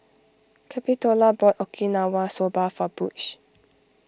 Capitola bought Okinawa Soba for Butch